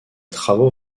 travaux